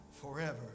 forever